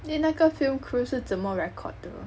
eh 那个 film crew 是怎么 record 的